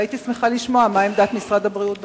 והייתי שמחה לשמוע מה עמדת משרד הבריאות בנושא.